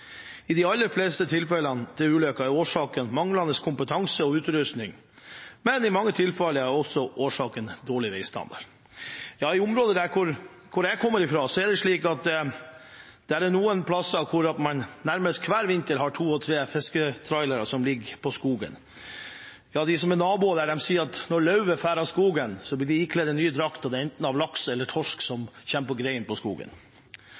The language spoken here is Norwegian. I de aller fleste tilfellene er årsaken til ulykkene manglende kompetanse og utrustning, men i mange tilfeller er årsaken også dårlig veistandard. I området jeg kommer fra, er det slik at det er noen steder hvor man nærmest hver vinter har to og tre fisketrailere som ligger «på skogen». Ja, de som er naboer der, sier at når løvet faller av skogen, blir den ikledd en ny drakt, og det er av enten laks eller torsk som kommer på greinene i skogen.